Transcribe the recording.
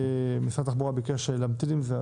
משרד התחבורה ביקש להמתין עם זה,